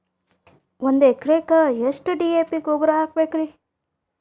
ಒಂದು ಎಕರೆಕ್ಕ ಎಷ್ಟ ಡಿ.ಎ.ಪಿ ಗೊಬ್ಬರ ಹಾಕಬೇಕ್ರಿ?